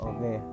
Okay